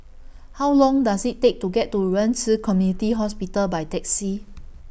How Long Does IT Take to get to Ren Ci Community Hospital By Taxi